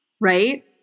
Right